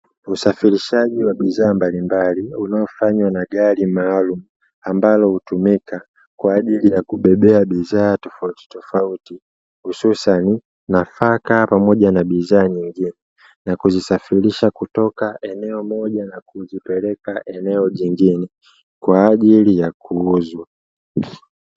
Usafirishaji wa bidhaa mbalimbali, unaofanywa na gari maalumu ambalo hutumika kwa ajili ya kubebea bidhaa tofautitofauti, hususan nafaka pamoja na bidhaa nyingine. Na kuzisafirisha kutoka eneo moja na kuzipeleka eneo jingine, kwa ajili ya kuuzwa.